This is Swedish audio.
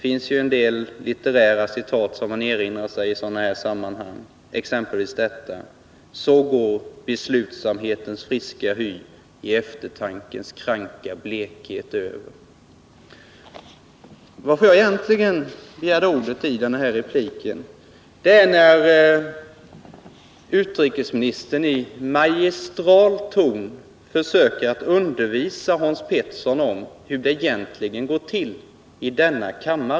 I sådana här sammanhang erinrar man sig vissa litterära citat, exempelvis detta: ”Så går beslutsamhetens friska hy i eftertankens kranka blekhet över.” Den egentliga anledningen till att jag begärde ordet var att utrikesministern med magistral ton försökte undervisa Hans Petersson om hur det i själva verket går till i kammaren.